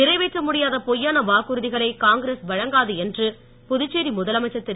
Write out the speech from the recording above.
நிறைவேற்ற முடியாத பொய்யான வாக்குறுதிகளை காங்கிரஸ் வழங்காது என்று புதுச்சேரி முதலமைச்சர் திரு